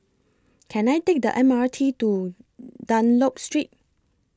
Can I Take The M R T to Dunlop Street